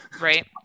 Right